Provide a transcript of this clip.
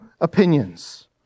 opinions